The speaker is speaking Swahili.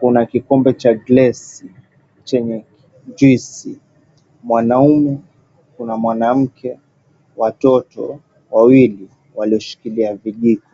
Kuna kikombe cha glass chenye juisi. Mwanaume, kuna mwanamke, watoto wawili, walioshikilia vijiko.